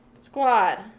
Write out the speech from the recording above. Squad